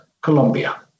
Colombia